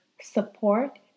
support